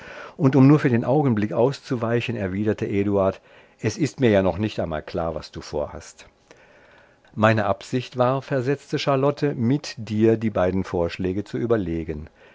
und um nur für den augenblick auszuweichen erwiderte eduard es ist mir ja noch nicht einmal klar was du vorhast meine absicht war versetzte charlotte mit dir die beiden vorschläge zu überlegen